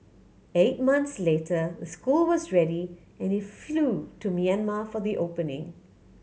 eight months later the school was ready and he flew to Myanmar for the opening